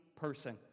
person